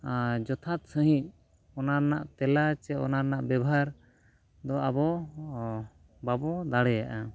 ᱡᱚᱛᱷᱟᱛ ᱥᱟᱺᱦᱤᱡ ᱚᱱᱟ ᱨᱮᱱᱟᱜ ᱛᱮᱞᱟ ᱥᱮ ᱚᱱᱟ ᱨᱮᱱᱟᱜ ᱵᱮᱵᱷᱟᱨ ᱫᱚ ᱟᱵᱚ ᱵᱟᱵᱚ ᱫᱟᱲᱮᱭᱟᱜᱼᱟ